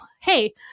hey